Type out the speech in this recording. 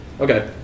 Okay